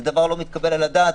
זה דבר לא מתקבל על הדעת.